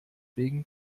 wegen